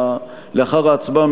לאחר ההצבעה,